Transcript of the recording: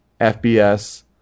fbs